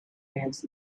ants